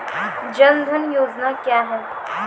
जन धन योजना क्या है?